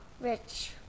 rich